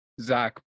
Zach